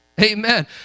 Amen